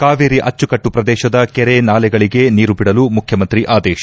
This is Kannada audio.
ಕಾವೇರಿ ಅಚ್ಚುಕಟ್ಟು ಪ್ರದೇಶದ ಕೆರೆ ನಾಲೆಗಳಿಗೆ ನೀರು ಬಿಡಲು ಮುಖ್ಯಮಂತ್ರಿ ಆದೇಶ